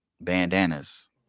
bandanas